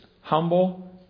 humble